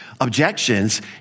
objections